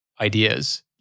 ideas